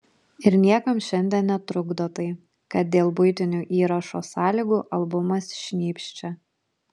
ir niekam šiandien netrukdo tai kad dėl buitinių įrašo sąlygų albumas šnypščia